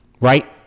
right